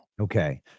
Okay